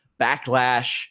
Backlash